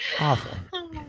Awful